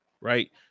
right